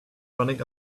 running